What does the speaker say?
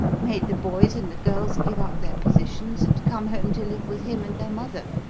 made the boys and the girls give up their positions and come home to live with him and their mother,